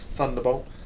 Thunderbolt